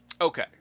Okay